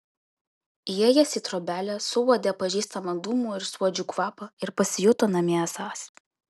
įėjęs į trobelę suuodė pažįstamą dūmų ir suodžių kvapą ir pasijuto namie esąs